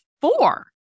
four